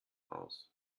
aus